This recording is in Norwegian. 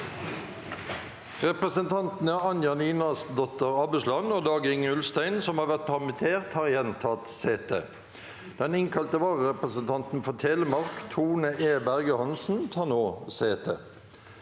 Representantene Anja Ni- nasdotter Abusland og Dag-Inge Ulstein, som har vært permittert, har igjen tatt sete. Den innkalte vararepresentanten for Telemark, Tone E. Berge Hansen, tar nå